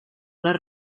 les